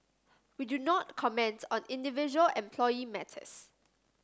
we do not comment on individual employee matters